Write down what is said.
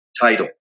title